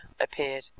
appeared